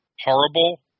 horrible